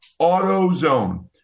AutoZone